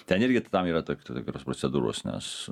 ten irgi ta tam yra tam tikros procedūros nes